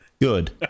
good